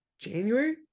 January